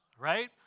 Right